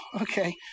okay